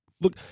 Look